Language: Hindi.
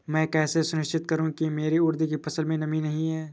मैं कैसे सुनिश्चित करूँ की मेरी उड़द की फसल में नमी नहीं है?